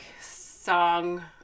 song